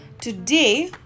today